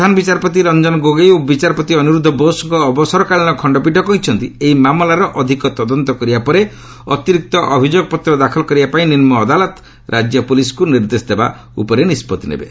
ପ୍ରଧାନ ବିଚାରପତି ରଂଜନ ଗୋଗୋଇ ଓ ବିଚାରପତି ଅନିରୁଦ୍ଧ ବୋଷଙ୍କ ଅବସରକାଳୀନ ଖଣ୍ଡପୀଠ କହିଛନ୍ତି ଏହି ମାମଲାର ଅଧିକ ତଦନ୍ତ କରିବା ପରେ ଅତିରିକ୍ତ ଅଭିଯୋଗପତ୍ର ଦାଖଲ କରିବା ପାଇଁ ନିମ୍ବ ଅଦାଲତ ରାଜ୍ୟ ପୁଲିସ୍କୁ ନିର୍ଦ୍ଦେଶ ଦେବା ଉପରେ ନିଷ୍ପଭି ନେବେ